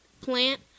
plant